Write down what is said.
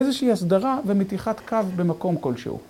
‫איזושהי הסדרה ומתיחת קו ‫במקום כלשהו.